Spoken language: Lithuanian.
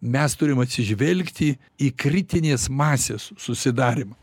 mes turim atsižvelgti į kritinės masės susidarymą